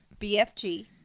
bfg